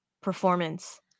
performance